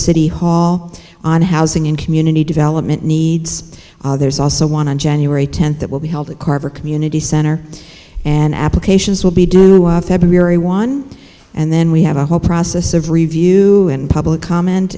city hall on housing in community development needs there's also want to january tenth that will be held at carver community center and applications will be done very one and then we have a whole process of review and public comment